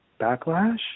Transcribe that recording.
backlash